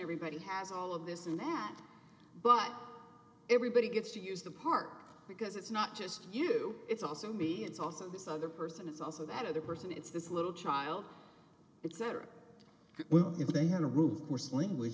everybody has all of this and that but everybody gets to use the part because it's not just you it's also me it's also this other person it's also that other person it's this little child etc if they had a rule coarse language